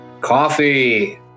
coffee